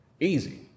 easy